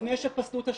לפני שפסלו את השאלות.